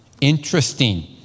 Interesting